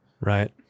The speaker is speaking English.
Right